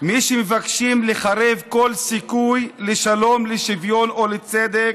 מי שמבקשים לחרב כל סיכוי לשלום, לשוויון או לצדק,